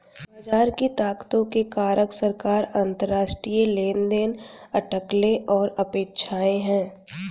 बाजार की ताकतों के कारक सरकार, अंतरराष्ट्रीय लेनदेन, अटकलें और अपेक्षाएं हैं